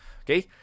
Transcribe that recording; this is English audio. okay